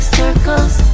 circles